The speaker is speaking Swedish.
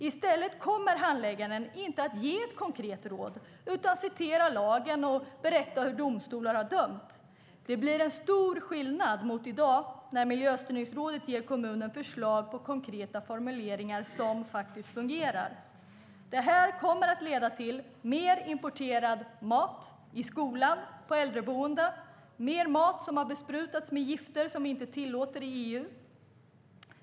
Handläggaren kommer inte att ge något konkret råd, utan i stället citera lagen och berätta hur domstolar har dömt. Det blir stor skillnad mot i dag, när Miljöstyrningsrådet ger kommunen förslag på konkreta formuleringar som faktiskt fungerar. Detta kommer att leda till mer importerad mat i skolan och på äldreboenden och mer mat som har besprutats med gifter som vi inte tillåter i EU.